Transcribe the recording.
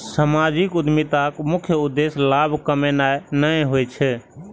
सामाजिक उद्यमिताक मुख्य उद्देश्य लाभ कमेनाय नहि होइ छै